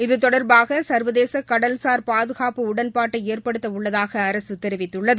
இது தொடர்பாக சர்வதேச கடல்சார் பாதுகாப்பு உடன்பாட்டை ஏற்படுத்த உள்ளதாக அரசு தெரிவித்துள்ளது